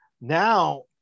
now